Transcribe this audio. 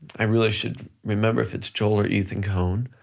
i really should remember if it's joel or ethan coen,